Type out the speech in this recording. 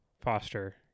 foster